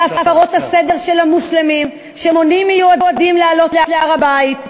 הפרות הסדר של המוסלמים שמונעים מיהודים לעלות להר-הבית.